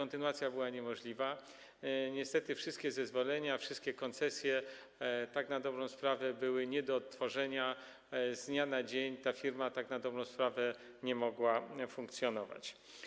Niestety wszystkie zezwolenia, wszystkie koncesje tak na dobrą sprawę były nie do odtworzenia, z dnia na dzień ta firma tak na dobrą sprawę nie mogła funkcjonować.